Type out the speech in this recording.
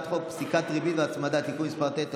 חוק פסיקת ריבית והצמדה (תיקון מס' 9),